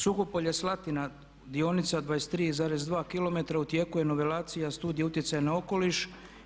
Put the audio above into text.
Suhopolje-Slatina dionica 23,2 km u tijeku je novelacija studije utjecaja na okoliš.